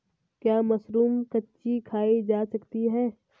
क्या मशरूम कच्ची खाई जा सकती है?